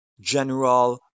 general